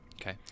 okay